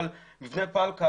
מבנה פלקל